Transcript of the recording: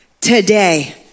today